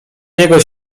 niego